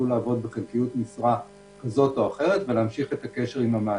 לעבוד בחלקיות משרה כזו או אחרת ולהמשיך את הקשר עם המעסיק.